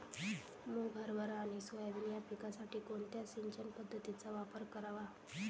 मुग, हरभरा आणि सोयाबीन या पिकासाठी कोणत्या सिंचन पद्धतीचा वापर करावा?